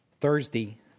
Thursday